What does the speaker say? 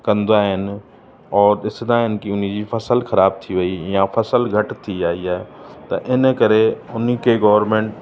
कंदा आहिनि और ॾिसंदा आहिनि की उनजी फसल खराब थी वई या फसल घटि थी आई आहे त हिन करे हुनखे गौरमेंट